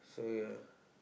so ya